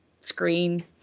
screen